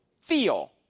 Feel